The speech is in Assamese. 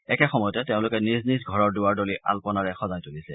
একেসময়তে তেওঁলোকে নিজ নিজ ঘৰৰ দুৱাৰদলি আল্পনাৰে সজাই তুলিছে